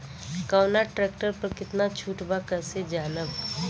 कवना ट्रेक्टर पर कितना छूट बा कैसे जानब?